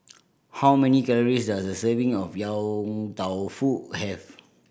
how many calories does a serving of Yong Tau Foo have